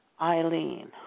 Eileen